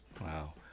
Wow